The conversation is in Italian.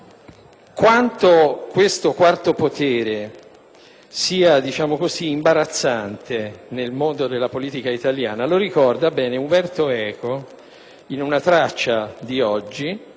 Quanto questo quarto potere sia imbarazzante nel mondo della politica italiana lo ricorda bene Umberto Eco in una traccia comparsa